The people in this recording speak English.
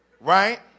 Right